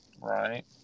Right